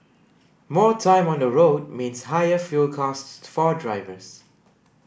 more time on the road means higher fuel costs for drivers